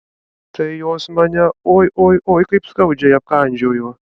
tai jos mane oi oi oi kaip skaudžiai apkandžiojo